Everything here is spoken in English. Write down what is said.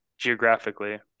Geographically